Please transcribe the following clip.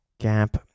Gap